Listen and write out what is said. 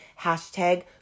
hashtag